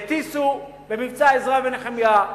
הטיסו במבצע "עזרא ונחמיה",